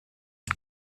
une